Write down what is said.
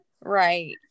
Right